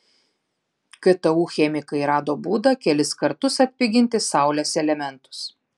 ktu chemikai rado būdą kelis kartus atpiginti saulės elementus